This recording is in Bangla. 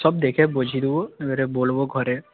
সব দেখে বুঝিয়ে দেবো এবারে বলব ঘরে